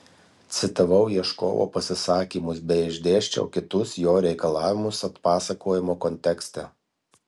citavau ieškovo pasisakymus bei išdėsčiau kitus jo reikalavimus atpasakojimo kontekste